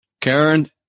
Karen